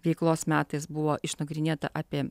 veiklos metais buvo išnagrinėta apie